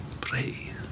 Pray